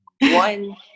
One